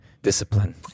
Discipline